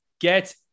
get